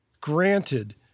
Granted